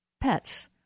pets